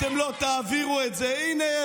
והינה,